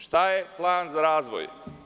Šta je plan za razvoj?